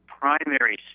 primary